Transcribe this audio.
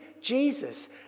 Jesus